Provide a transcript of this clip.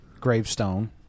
gravestone